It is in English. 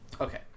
Okay